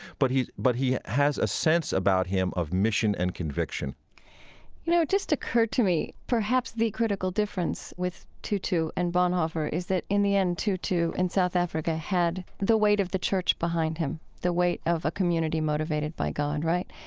but he but he has a sense about him of mission and conviction you know, it just occurred to me perhaps the critical difference with tutu and bonhoeffer is that, in the end, tutu and south africa had the weight of the church behind him, the weight of a community motivated by god. right?